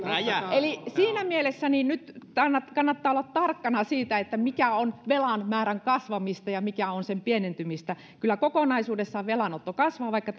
eli siinä mielessä nyt kannattaa olla tarkkana siitä mikä on velan määrän kasvamista ja mikä on sen pienentymistä kyllä kokonaisuudessaan velanotto kasvaa vaikka